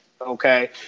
okay